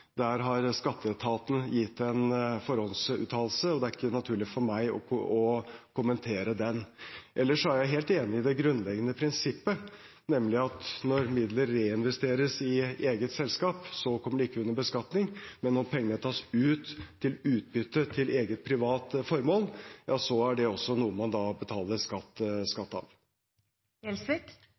Der har skatteetaten gitt en forhåndsuttalelse, og det er ikke naturlig for meg å kommentere den. Ellers er jeg helt enig i det grunnleggende prinsippet, nemlig at når midler reinvesteres i eget selskap, kommer det ikke under beskatning, men når pengene tas ut i utbytte til eget privat formål, er det også noe man betaler skatt